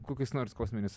kokius nors kosminius